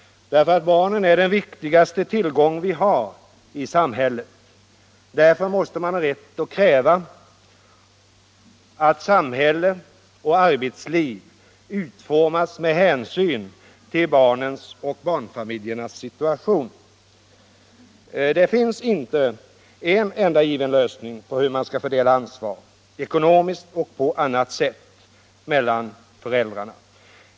Barnen är den viktigaste tillgång vi har i samhället. Därför måste man ha rätt att kräva att samhälle och arbetsliv utformas med hänsyn till barnens och barnfamiljernas situation. Det finns inte en enda given lösning på hur man skall fördela Barnomsorgen Barnomsorgen ansvaret, ekonomiskt och på annat sätt, mellan föräldrarna.